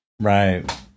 Right